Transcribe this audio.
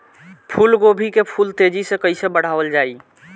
फूल गोभी के फूल तेजी से कइसे बढ़ावल जाई?